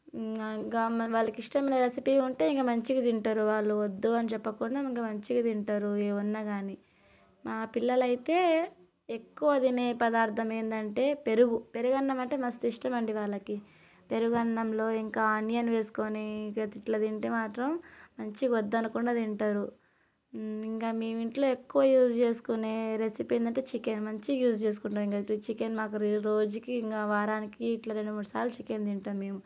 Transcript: ఇంకా వాళ్ళకి ఇష్టమైన రెసిపీ ఉంటే ఇంకా మంచిగా తింటారు వాళ్ళు వద్దు అని చెప్పకుండా ఇంక మంచిగా తింటారు ఏమున్నా కానీ మా పిల్లలు అయితే ఎక్కువ తినే పదార్థం ఏంటంటే పెరుగు పెరుగు అన్నం అంటే మస్తు ఇష్టమండి వాళ్ళకి పెరుగు అన్నంలో ఇంకా ఆనియన్ వేసుకుని ఇట్లా తింటే మాత్రం మంచిగా వద్దు అనకుండా తింటారు ఇంకా మేము ఇంట్లో ఎక్కువ యూస్ చేసుకునే రెసిపీ ఏంటంటే చికెన్ మంచిగా యూస్ చేసుకుంటాం ఇంకా అయితే చికెన్ మాకు రోజుకి ఇంకా వారానికి ఇట్లా రెండు మూడుసార్లు చికెన్ తింటాము మేము